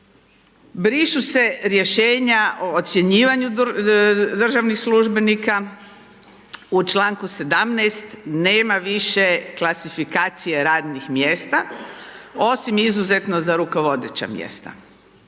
brišu se rješenja o ocjenjivanju državnih službenika, u članku 17. nema više klasifikacije radnih mjesta osim izuzetno za rukovodeća mjesta.